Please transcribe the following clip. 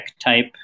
type